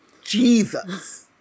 jesus